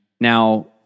Now